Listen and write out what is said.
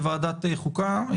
לוועדת החוקה.